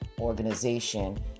organization